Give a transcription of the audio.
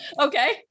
Okay